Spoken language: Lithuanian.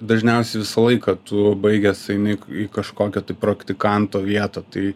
dažniausiai visą laiką tu baigęs eini į kažkokio tai praktikanto vietą tai